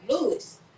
Lewis